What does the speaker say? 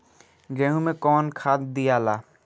गेहूं मे कौन खाद दियाला?